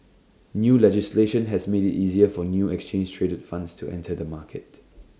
new legislation has made IT easier for new exchange traded funds to enter the market